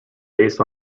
based